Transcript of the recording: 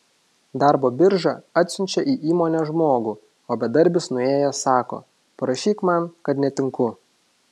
darbo birža atsiunčia į įmonę žmogų o bedarbis nuėjęs sako parašyk man kad netinku